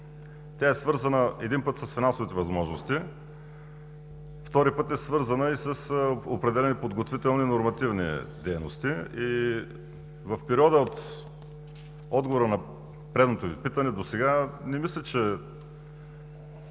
Тя е свързана един път с финансовите възможности. Втори път е свързана и с определени подготвителни нормативни дейности. В периода от отговора на предното Ви питане досега не мисля, че